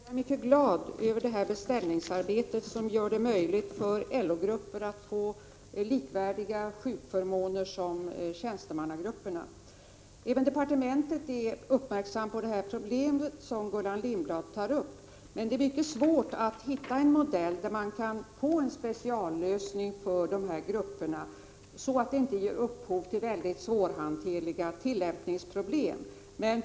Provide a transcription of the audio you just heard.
Herr talman! Låt mig först säga att jag är mycket glad över detta beställningsarbete som gör det möjligt för LO-grupper att få sjukförmåner som är likvärdiga med de förmåner som tjänstemannagrupperna har. Även vi på departementet är uppmärksamma på det problem som Gullan Lindblad tar upp, men det är mycket svårt att hitta en modell för en speciallösning för de här grupperna som inte leder till svårhanterliga tillämpningsproblem.